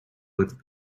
with